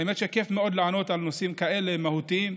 האמת שכיף מאוד לענות על נושאים כאלה, מהותיים.